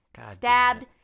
stabbed